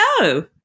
go